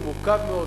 הוא מורכב מאוד,